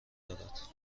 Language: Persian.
دارد